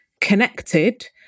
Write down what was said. connected